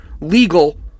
legal